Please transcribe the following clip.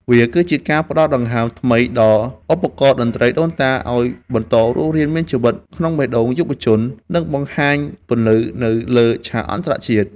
វាគឺជាការផ្ដល់ដង្ហើមថ្មីដល់ឧបករណ៍តន្ត្រីដូនតា ឱ្យបន្តរស់រានមានជីវិតក្នុងបេះដូងយុវជន និងបង្ហាញពន្លឺនៅលើឆាកអន្តរជាតិ។